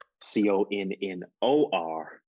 C-O-N-N-O-R